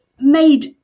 made